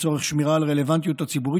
לצורך שמירה על הרלוונטיות הציבורית